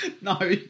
no